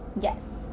Yes